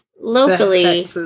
locally